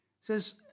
says